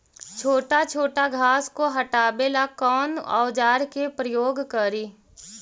छोटा छोटा घास को हटाबे ला कौन औजार के प्रयोग करि?